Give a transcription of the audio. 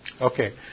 Okay